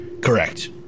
Correct